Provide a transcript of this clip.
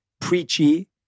preachy